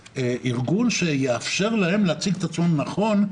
ארגון שיאפשר להם להציג את עצמם נכון,